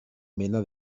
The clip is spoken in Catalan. mena